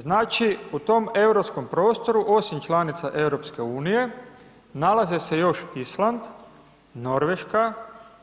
Znači u tom europskom prostoru osim članica EU nalaze se još Island, Norveška,